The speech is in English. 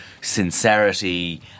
sincerity